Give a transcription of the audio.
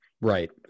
Right